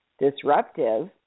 disruptive